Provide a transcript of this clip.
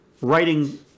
writing